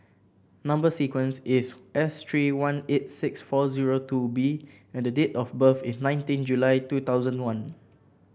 number sequence is S three one eight six four zero two B and the date of birth is nineteen July two thousand one